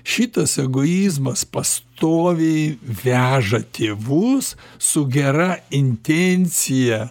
šitas egoizmas pastoviai veža tėvus su gera intencija